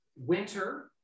winter